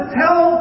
tell